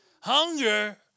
Hunger